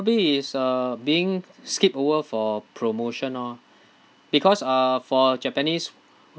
is uh being skipped over for promotion lor because uh for japanese